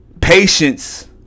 Patience